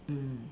mm